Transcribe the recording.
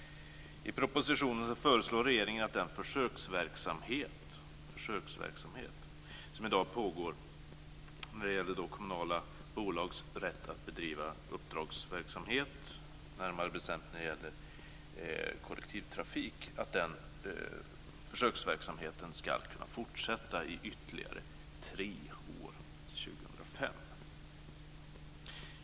I propositionen föreslår regeringen att den försöksverksamhet som i dag pågår när det gäller kommunala bolags rätt att bedriva uppdragsverksamhet, närmare bestämt i fråga om kollektivtrafik, ska kunna fortsätta i ytterligare tre år, till år 2005.